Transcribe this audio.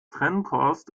trennkost